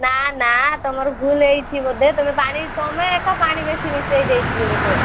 ନା ନା ତୁମର ଭୁଲ ହେଇଛି ବୋଧେ ତୁମେ ପାଣି ତୁମେ ଏକା ପାଣି ବେଶୀ ମିଶାଇ ଦେଇଥିବ ବୋଧେ